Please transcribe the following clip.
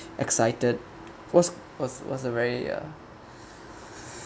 excited was was was a very uh